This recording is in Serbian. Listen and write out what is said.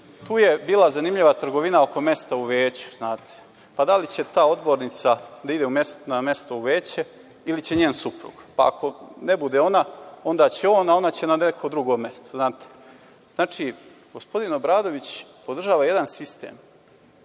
Tu je bila zanimljiva trgovina oko mesta u veću, znate. Da li će ta odbornica da ide u veće ili će njen suprug, pa ako ne ide ona, onda će on, a ona će na neko drugo mesto. Znači, gospodin Obradović podržava jedan sistem